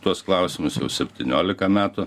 tuos klausimus septyniolika metų